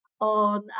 on